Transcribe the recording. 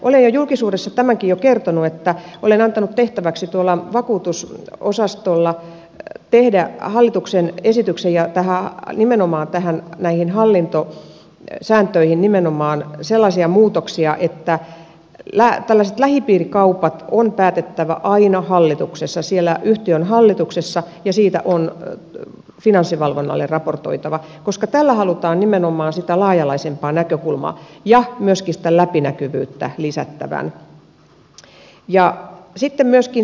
olen julkisuudessa tämänkin jo kertonut että olen antanut tehtäväksi vakuutusosastolla tehdä hallituksen esityksen ja nimenomaan näihin hallintosääntöihin sellaisia muutoksia että lähipiirikaupat on päätettävä aina yhtiön hallituksessa ja siitä on finanssivalvonnalle raportoitava koska tällä halutaan nimenomaan sitä laaja alaisempaa näkökulmaa ja myöskin sitä läpinäkyvyyttä lisätä